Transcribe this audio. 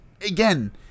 again